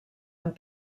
amb